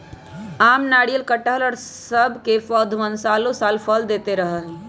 आम, नारियल, कटहल और सब के पौधवन सालो साल फल देते रहा हई